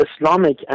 Islamic